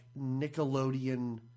Nickelodeon